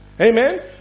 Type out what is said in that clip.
Amen